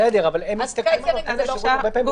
אז בקייטרינג זה לא קורה.